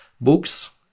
books